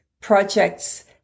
projects